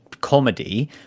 comedy